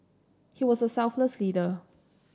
he was a selfless leader